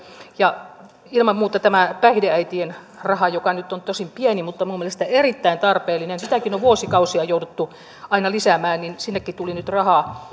ja ilman muuta tämä päihdeäitien raha joka nyt on tosin pieni mutta minun mielestäni erittäin tarpeellinen sitäkin on vuosikausia jouduttu aina lisäämään ja sinnekin tuli nyt rahaa